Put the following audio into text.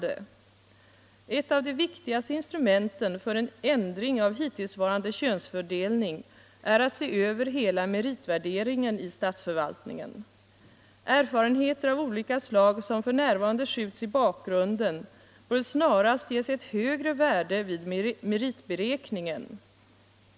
”Ett av de viktigaste instrumenten för en ändring av hittillsvarande könsfördelning är att se över hela meritvärderingen i statsförvaltningen. Erfarenheter av olika slag som f. n. skjuts i bakgrunden bör snarast ges ett högre värde vid meritberäkningen.